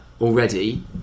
Already